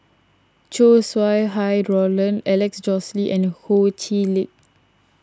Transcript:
Chow Sau Hai Roland Alex Josey and Ho Chee Lick